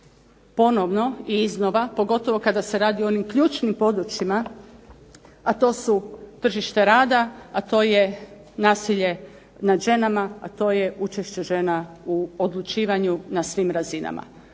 ponovno i iznova pogotovo kada se radi o onim ključnim područjima, a to su tržište rada, a to je nasilje nad ženama, a to je učešće žena u odlučivanju na svim razinama.